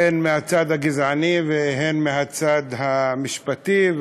הן מהצד הגזעני והן מהצד המשפטי,